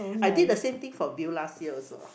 I did the same thing for Bill last year also